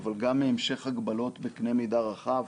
אלא גם מהמשך הגבלות בקנה מידה רחב,